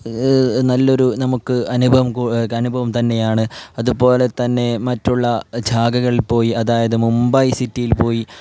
നല്ലൊരു നമുക്ക് അനുഭവം തന്നെയാണ് അതു പോലെ തന്നെ മറ്റുള്ള പോയി അതായത് മുംബൈ സിറ്റിയിൽ പോയി